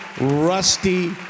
rusty